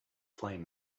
flame